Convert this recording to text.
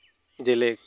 ᱡᱮᱞᱮᱠ